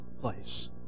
place